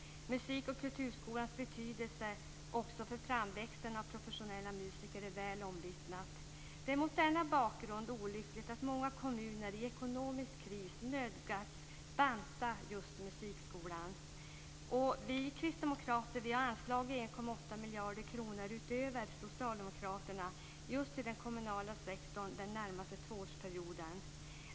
Musik och kulturskolans betydelse också för framväxten av professionella musiker är väl omvittnad. Det är mot denna bakgrund olyckligt att många kommuner i ekonomisk kris nödgats banta just musikskolan. Vi kristdemokrater har anvisat 1,8 miljarder kronor mer än socialdemokraterna till den kommunala sektorn för den närmaste tvåårsperioden.